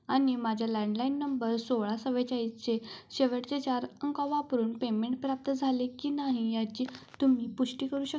आणि माझ्या landline number सोळा चव्वेचाळीसचे शेवटचे चार अंक वापरून पेमेंट प्राप्त झाले की नाही याची तुम्ही पुष्टी करू शक